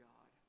God